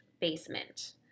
basement